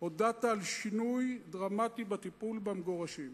הודעת על שינוי דרמטי בטיפול במגורשים.